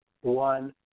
one